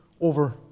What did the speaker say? over